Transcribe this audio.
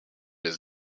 his